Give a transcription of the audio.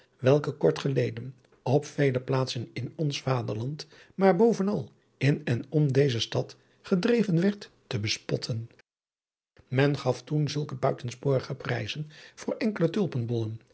welke kortgeleden op vele plaatsen in ons vaderland maar bovenal in en om deze stad gedreven werd te bespotten men gaf toen zulke buitensporige prijzen voor enkele